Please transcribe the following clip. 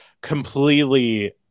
completely